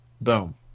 boom